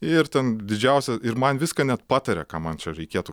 ir ten didžiausia ir man viską net pataria ką man čia reikėtų